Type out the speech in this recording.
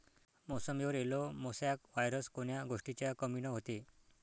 मोसंबीवर yellow mosaic virus कोन्या गोष्टीच्या कमीनं होते?